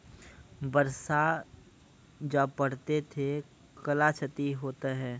बरसा जा पढ़ते थे कला क्षति हेतै है?